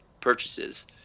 purchases